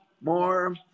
more